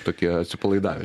tokie atsipalaidavę